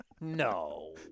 No